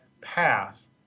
path